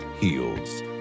heals